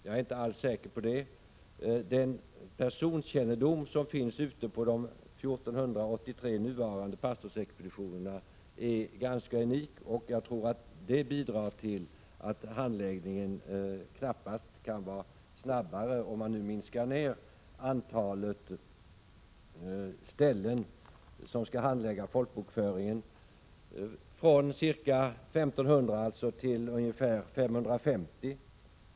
Jag är inte alls säker på att det blir fallet. Den personkännedom som finns ute på de 1 483 nuvarande pastorsexpeditionerna är ganska unik. Jag tror därför att handläggningen knappast kan bli snabbare, om man minskar antalet ställen där folkbokföringen skall handläggas från ca 1 500 till ungefär 550.